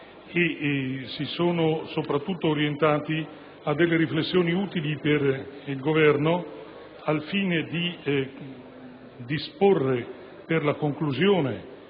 si sono soprattutto orientati su riflessioni utili per il Governo al fine di disporre per la conclusione